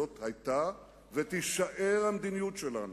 זאת היתה ותישאר המדיניות שלנו.